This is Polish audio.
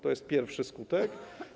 To jest pierwszy skutek.